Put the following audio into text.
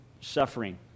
suffering